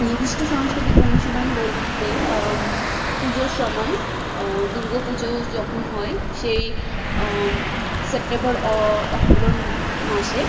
নির্দিষ্ট সংস্কৃতি অনুশীলন বলতে পুজোর সময় দুর্গাপুজো যখন হয় সেই সেপ্টেম্বর অক্টোবর মাসে